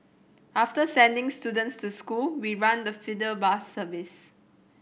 after sending students to school we run the feeder bus service